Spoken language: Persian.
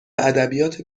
ادبیات